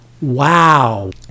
Wow